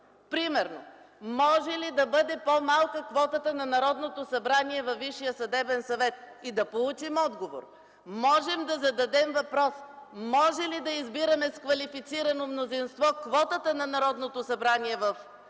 Примерно: може ли да бъде по-малка квотата на Народното събрание във Висшия съдебен съвет, и да получим отговор. Можем да зададем въпрос: може ли да избираме с квалифицирано мнозинство квотата на Народното събрание във Висшия съдебен съвет,